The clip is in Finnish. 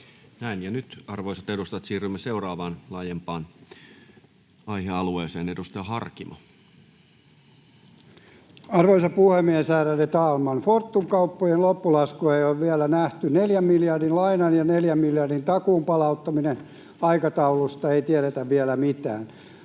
tehdä. Nyt, arvoisat edustajat, siirrymme seuraavaan laajempaan aihealueeseen. — Edustaja Harkimo. Arvoisa puhemies, ärade talman! Fortum-kauppojen loppulaskua ei ole vielä nähty, neljä miljardin lainan ja neljä miljardin takuun palauttamisen aikataulusta ei tiedetä vielä mitään.